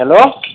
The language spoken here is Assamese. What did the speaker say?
হেল্ল'